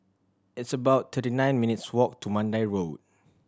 it's about thirty nine minutes' walk to Mandai Road